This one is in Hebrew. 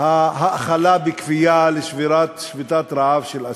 ההאכלה בכפייה לשבירת שביתת רעב של אסירים.